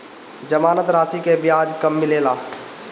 जमानद राशी के ब्याज कब मिले ला?